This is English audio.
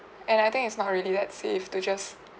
and I think it's not really that safe to just